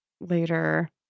later